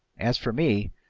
as for me,